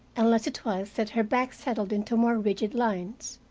unless it was that her back settled into more rigid lines.